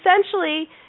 essentially